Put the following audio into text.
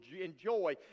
enjoy